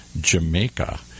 Jamaica